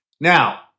now